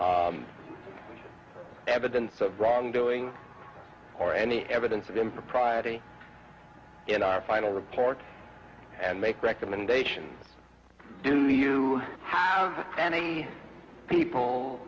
evidence of wrongdoing or any evidence of impropriety in our final report and make recommendations do you any people